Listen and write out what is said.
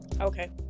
Okay